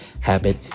habit